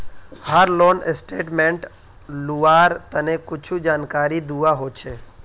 हर loan statement लुआर तने कुछु जानकारी दुआ होछे